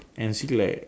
and see like